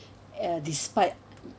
uh despite